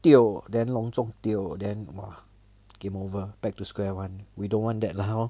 tio then long zong tio then !wah! game over back to square one we don't want that lor hor